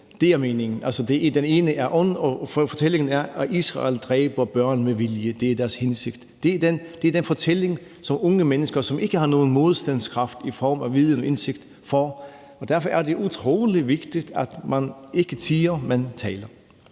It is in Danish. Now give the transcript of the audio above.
det er meningen. Altså, den ene er on, og fortællingen er, at Israel dræber børn med vilje, det er deres hensigt. Det er den fortælling, som unge mennesker, som ikke har nogen modstandskraft i form af viden og indsigt, får, og derfor er det utrolig vigtigt, at man ikke tier, men taler.